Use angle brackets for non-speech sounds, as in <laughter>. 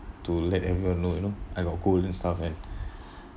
to let everyone know you know I got gold and stuff and <breath>